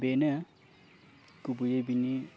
बेनो गुबैयै बिनि